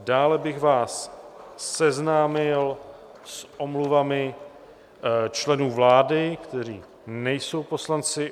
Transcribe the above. Dále bych vás seznámil s omluvami členů vlády, kteří nejsou poslanci.